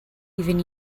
even